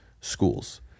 schools